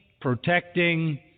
protecting